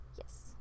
Yes